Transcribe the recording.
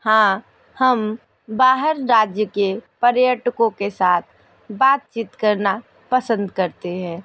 हाँ हम बाहर राज्य के पर्यटकों के साथ बातचीत करना पसंद करते हैं